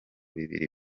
bibiri